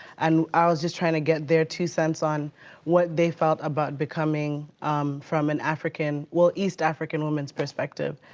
and i was just trying to get their two cents on what they felt about becoming from an african, well east african woman's perspective.